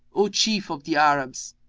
o chief of the arabs,